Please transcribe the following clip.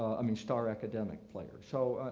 i mean star academic players, so,